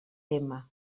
tema